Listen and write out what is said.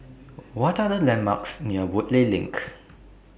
What Are The landmarks near Woodleigh LINK